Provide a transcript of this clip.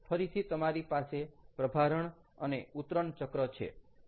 ફરીથી તમારી પાસે પ્રભારણ અને ઉતરણ ચક્ર છે